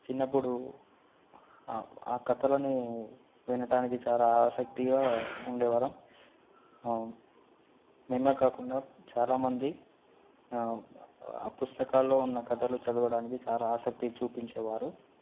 చిన్నప్పుడు ఆ కథలని వినటానికి చాలా ఆసక్తిగా ఉండే వాళ్ళం మేమే కాకుండా చాలామంది పుస్తకాలలో ఉన్న కథలు చదవడానికి చాలా ఆసక్తి చూపించేవారు